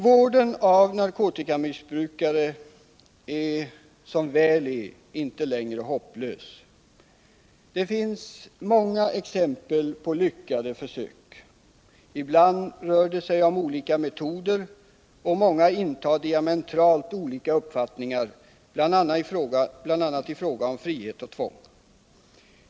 Vården av narkotikamissbrukare är som väl är inte längre hopplös. Det finns många exempel på lyckade försök. Ibland rör det sig om olika metoder, och många intar diametralt olika uppfattningar bl.a. i fråga om frihet och tvång.